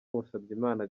musabyimana